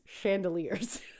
chandeliers